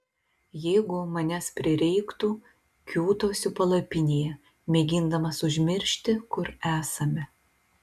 jeigu manęs prireiktų kiūtosiu palapinėje mėgindamas užmiršti kur esame